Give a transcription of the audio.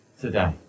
today